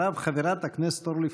חבר הכנסת אלעזר שטרן, בבקשה, אדוני.